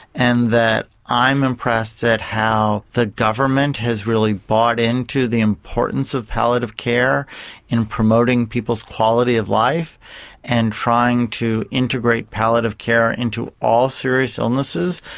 and i'm impressed at how the government has really bought into the importance of palliative care in promoting people's quality of life and trying to integrate palliative care into all serious illnesses.